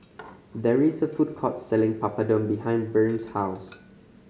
there is a food court selling Papadum behind Bryn's house